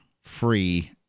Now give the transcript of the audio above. free